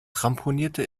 ramponierte